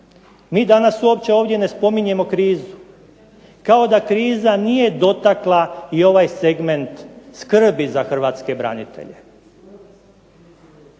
mi danas uopće ovdje ne spominjemo krizu. Kao da kriza nije dotakla i ovaj segment skrbi za hrvatske branitelje.